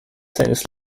seines